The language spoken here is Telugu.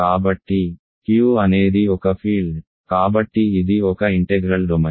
కాబట్టి Q అనేది ఒక ఫీల్డ్ కాబట్టి ఇది ఒక ఇంటెగ్రల్ డొమైన్